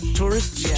tourists